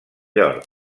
york